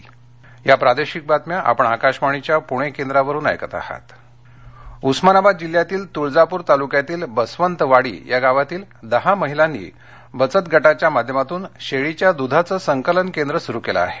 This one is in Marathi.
शेळी दध संकलन उस्मनाबाद उस्मनाबाद जिल्ह्यातील तुळजापूर तालुक्यातील बसवंतवाडी या गावांतील दहा महिलांनी बचत गटाच्या माध्यमातून शेळीच्या दुधाचं संकलन केंद्र सुरु केलं आहे